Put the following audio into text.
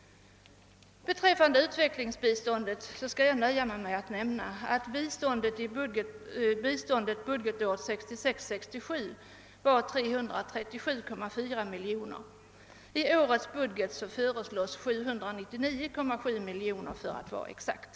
Beträffande utvecklingsbiståndet skall jag nöja mig med att nämna att biståndet budgetåret 1966/67 uppgick till 337,4 miljoner kronor. I årets budget föreslås 799,7 miljoner, för att vara exakt.